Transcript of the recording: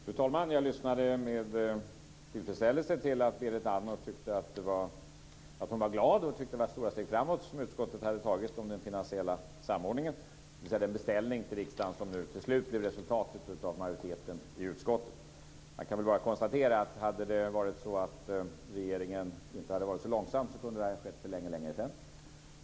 Fru talman! Jag hörde med tillfredsställelse att Berit Andnor var glad och tyckte att det var stora steg framåt som utskottet hade tagit i fråga om den finansiella samordningen, dvs. den beställning till riksdagen som nu till slut blev resultatet av majoriteten i utskottet. Jag kan bara konstatera, att hade det varit så att regeringen inte hade varit så långsam kunde det här ha skett för länge sedan.